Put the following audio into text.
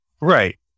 right